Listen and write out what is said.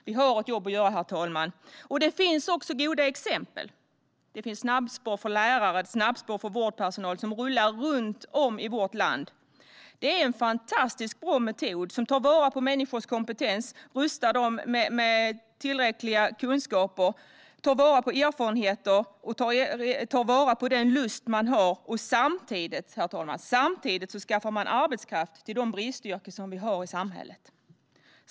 Vi har ett jobb att göra, herr talman. Det finns också goda exempel. Det finns snabbspår för lärare och snabbspår för vårdpersonal, som pågår runt om i vårt land. Det är en fantastiskt bra metod som tar vara på människors kompetens, rustar dem med tillräckliga kunskaper, tar vara på deras erfarenheter och tar vara på den lust som människor har. Samtidigt skaffar man arbetskraft till de bristyrken som vi har i samhället.